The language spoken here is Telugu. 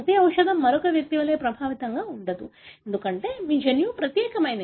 ప్రతి ఔషధం మరొక వ్యక్తి వలె ప్రభావవంతంగా ఉండదు ఎందుకంటే మీ జన్యువు ప్రత్యేకమైనది